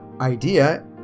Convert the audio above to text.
Idea